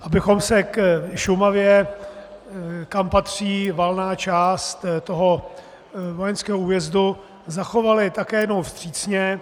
Abychom se k Šumavě, kam patří valná část toho vojenského újezdu, zachovali také jednou vstřícně.